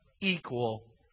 equal